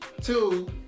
Two